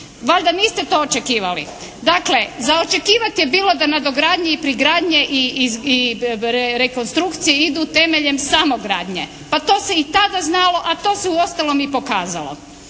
Valjda niste to očekivali! Dakle za očekivati je bilo da nadogradnji i prigradnje i rekonstrukcije idu temeljem samogradnje. Pa to se i tada znalo, a to se uostalom i pokazalo.